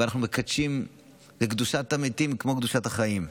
ואנחנו מקדשים את קדושת המתים כמו קדושת החיים.